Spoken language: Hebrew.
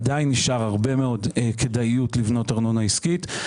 עדיין נשארת הרבה מאוד כדאיות לבנות ארנונה עסקית.